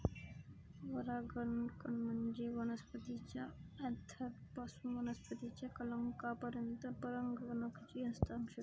परागकण म्हणजे वनस्पतीच्या अँथरपासून वनस्पतीच्या कलंकापर्यंत परागकणांचे हस्तांतरण